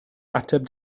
ateb